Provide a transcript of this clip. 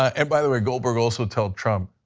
and by the way, goldberg also told trump,